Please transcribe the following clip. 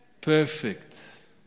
perfect